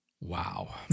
Wow